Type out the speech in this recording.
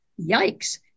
Yikes